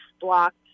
blocked